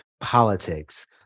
politics